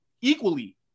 equally